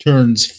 Turns